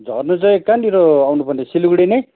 झर्नु चाहिँ कहाँनिर आउनुपर्ने सिलगढी नै